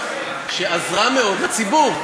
שעזרה מאוד לציבור.